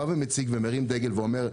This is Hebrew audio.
בא ומציג ומרים דגל ואומר,